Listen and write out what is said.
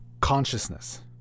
consciousness